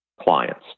clients